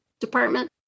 department